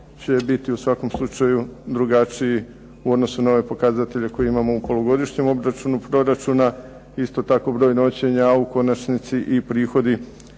će biti u svakom slučaju drugačiji u odnosu na ove pokazatelje koje imamo u polugodišnjem obračunu proračuna. Isto tako broj noćenja u konačnici i prihodi